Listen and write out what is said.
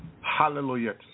hallelujah